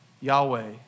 Yahweh